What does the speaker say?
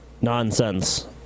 Nonsense